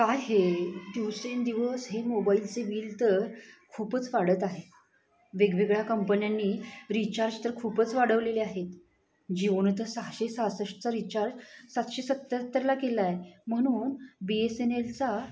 काय हे दिवसेंदिवस हे मोबाईलचे बिल तर खूपच वाढत आहे वेगवेगळ्या कंपन्यांनी रिचार्ज तर खूपच वाढवलेले आहेत जीओनं तर सहाशे सहासष्टचा रिचार्ज सातशे सत्त्याहत्तरला केला आहे म्हणून बी एस एन एलचा